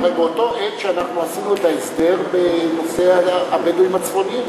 אבל באותה עת אנחנו עשינו את ההסדר בנושא הבדואים הצפוניים,